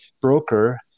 broker